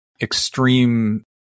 extreme